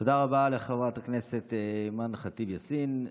תודה רבה לחברת הכנסת אימאן ח'טיב יאסין.